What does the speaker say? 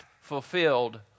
fulfilled